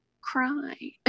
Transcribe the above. Cry